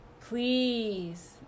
please